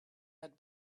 had